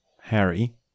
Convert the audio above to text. Harry